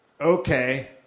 okay